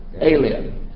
alien